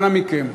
אנא מכם.